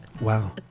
Wow